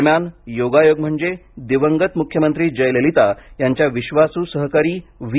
दरम्यान योगायोग म्हणजे दिवंगत मुख्यमंत्री जयललिता यांच्या विश्वासू व्ही